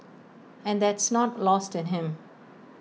and that's not lost in him